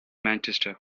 manchester